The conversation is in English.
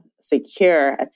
secure